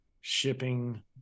shipping